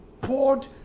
poured